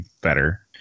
better